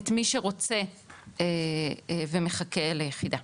את מי שרוצה ומחכה ליחידה.